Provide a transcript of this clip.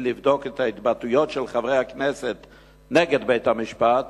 לבדוק את ההתבטאויות של חברי הכנסת נגד בית-המשפט,